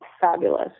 fabulous